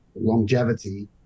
longevity